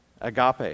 Agape